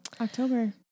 October